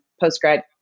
post-grad